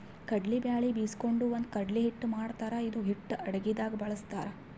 ಕಡ್ಲಿ ಬ್ಯಾಳಿ ಬೀಸ್ಕೊಂಡು ಬಂದು ಕಡ್ಲಿ ಹಿಟ್ಟ್ ಮಾಡ್ತಾರ್ ಇದು ಹಿಟ್ಟ್ ಅಡಗಿದಾಗ್ ಬಳಸ್ತಾರ್